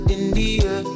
India